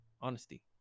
honesty